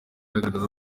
agaragaza